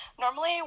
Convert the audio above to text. normally